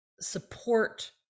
support